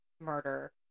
murder